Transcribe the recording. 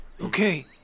Okay